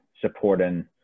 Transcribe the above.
supporting